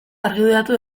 argudiatu